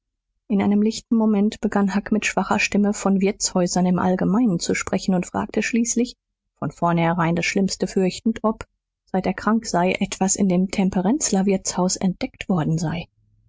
in einem lichten moment begann huck mit schwacher stimme von wirtshäusern im allgemeinen zu sprechen und fragte schließlich von vornherein das schlimmste fürchtend ob seit er krank sei etwas in dem temperenzler wirtshaus entdeckt worden sei